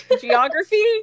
Geography